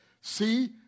See